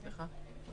סליחה.